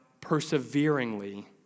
perseveringly